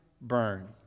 burn